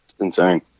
insane